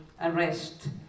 arrest